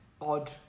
odd